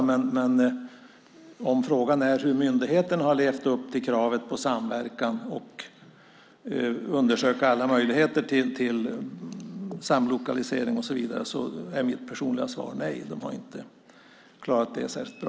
Men om frågan är hur myndigheten har levt upp till kravet på samverkan, om de har undersökt alla möjligheter till samlokalisering och så vidare är mitt personliga svar: Nej, de har inte klarat det särskilt bra.